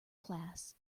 class